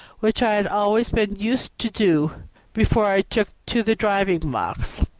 which i had always been used to do before i took to the driving box.